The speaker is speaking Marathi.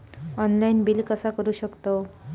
ऑनलाइन बिल कसा करु शकतव?